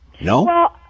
No